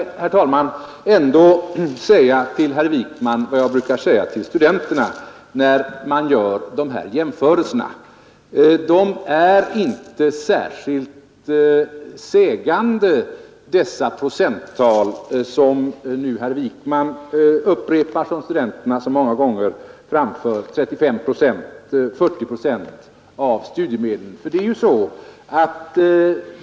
Men låt mig ändå säga till herr Wijkman vad jag brukar säga till studenterna, att dessa procenttal, som nu herr Wijkman upprepar och som studenterna så många gånger framfört, att 35—40 procent av studiemedlen går till hyra, inte är särskilt talande.